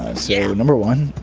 ah so number one,